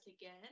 again